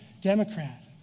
Democrat